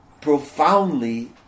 profoundly